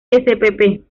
spp